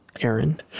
Aaron